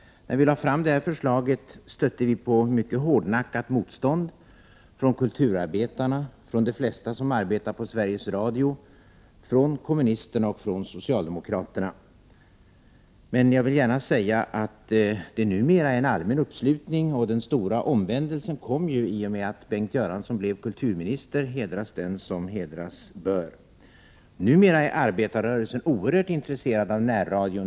När vi lade fram detta förslag stötte vi på mycket hårdnackat mostånd från kulturarbetarna, från de flesta som arbetade på Sveriges radio, från kommunisterna och från socialdemokraterna. Men jag vill gärna säga att det numera är en allmän uppslutning. Den stora omvändelsen kom i och med att Bengt Göransson blev kulturminister. Hedras den som hedras bör. Numera är arbetarrörelsen oerhört intresserad av närradion.